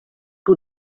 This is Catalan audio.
que